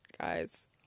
Guys